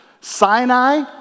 Sinai